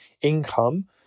income